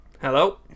Hello